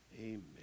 Amen